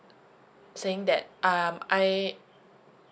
saying that um I